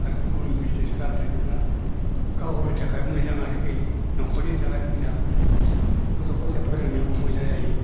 आर गुबुन बिजनेस खालामदेरोब्ला गाव गावनि थाखाय मोजां आरोखि न'खरनि थाखाय मोजां गथ' गथाइ फोरोंनायावबो मोजां जायो